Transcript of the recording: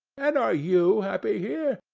and are you happy here?